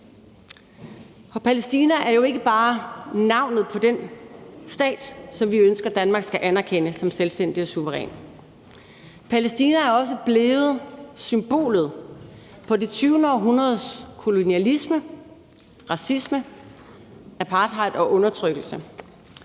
For Palæstina er jo ikke bare navnet på den stat, som vi ønsker Danmark skal anerkende som selvstændig og suveræn. Palæstina er også blevet symbolet på det 20. århundredes kolonialisme, racisme, apartheid og undertrykkelse.